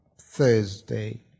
Thursday